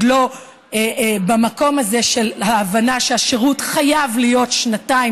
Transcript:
לא במקום הזה של ההבנה שהשירות חייב להיות שנתיים,